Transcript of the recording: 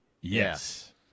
Yes